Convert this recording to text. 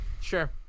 sure